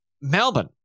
Melbourne